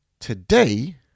Today